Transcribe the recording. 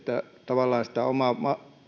tavallaan myös sitä